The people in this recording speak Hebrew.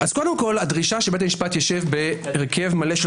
קודם כל הדרישה שבית המשפט יישב בהרכב מלא של